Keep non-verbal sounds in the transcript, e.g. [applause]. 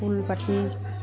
[unintelligible]